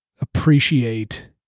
appreciate